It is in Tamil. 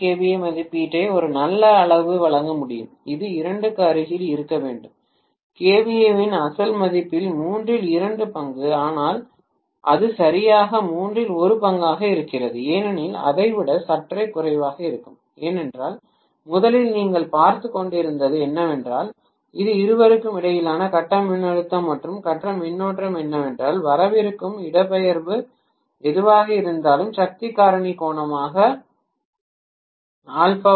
ஏ மதிப்பீட்டை ஒரு நல்ல அளவு வழங்க முடியும் இது இரண்டுக்கு அருகில் இருக்க வேண்டும் KVA இன் அசல் மதிப்பில் மூன்றில் இரண்டு பங்கு ஆனால் அது சரியாக மூன்றில் ஒரு பங்காக இருக்காது ஏனெனில் அதை விட சற்றே குறைவாக இருக்கும் ஏனென்றால் முதலில் நீங்கள் பார்த்துக் கொண்டிருந்தது என்னவென்றால் அந்த இருவருக்கும் இடையிலான கட்ட மின்னழுத்தம் மற்றும் கட்ட மின்னோட்டம் என்னவென்றால் வரவிருக்கும் இடப்பெயர்வு எதுவாக இருந்தாலும் சக்தி காரணி கோணமாக α அல்லது